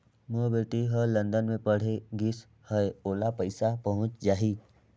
मोर बेटी हर लंदन मे पढ़े गिस हय, ओला पइसा पहुंच जाहि?